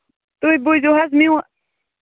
تُہۍ بوٗزِو حظ میٛون